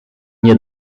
nie